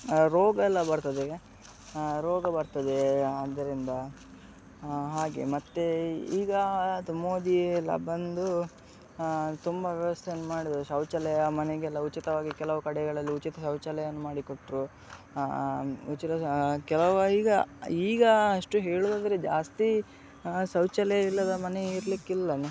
ರೋಗವೆಲ್ಲ ಬರ್ತದೆ ರೋಗ ಬರ್ತದೆ ಅದರಿಂದ ಹಾಗೆ ಮತ್ತೆ ಈಗ ಅದು ಮೋದಿ ಎಲ್ಲ ಬಂದು ತುಂಬ ವ್ಯವಸ್ಥೆಯನ್ನು ಮಾಡಿದ್ದಾರೆ ಶೌಚಾಲಯ ಮನೆಗೆಲ್ಲ ಉಚಿತವಾಗಿ ಕೆಲವು ಕಡೆಗಳಲ್ಲಿ ಉಚಿತ ಶೌಚಾಲಯವನ್ನು ಮಾಡಿಕೊಟ್ಟರು ಉಚಿತ ಕೆಲವು ಈಗ ಈಗ ಅಷ್ಟು ಹೇಳೋದಾದ್ರೆ ಜಾಸ್ತಿ ಶೌಚಾಲಯ ಇಲ್ಲದ ಮನೆ ಇರಲಿಕ್ಕಿಲ್ಲ